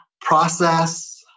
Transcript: process